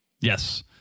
Yes